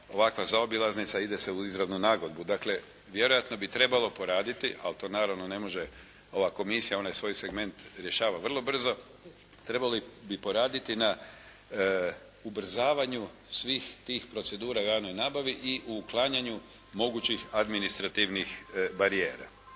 ovakva zaobilaznica i ide se u izravnu nagodbu. Dakle, vjerojatno bi trebalo poraditi ali to naravno ne može ova komisija, ona svoj segment rješava vrlo brzo. Trebalo bi poraditi na ubrzavanju svih tih procedura o javnoj nabavi i u uklanjanju mogućih administrativnih barijera.